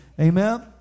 Amen